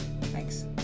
Thanks